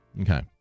Okay